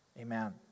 Amen